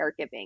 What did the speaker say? caregiving